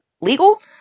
legal